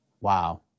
Wow